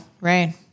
Right